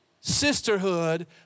sisterhood